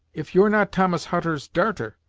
if you're not thomas hutter's darter,